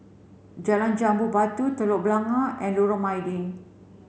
Jalan Jambu Batu Telok Blangah and Lorong Mydin